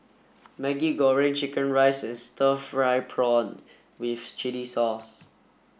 Maggi Goreng Chicken Rice and stir fried prawn with chili sauce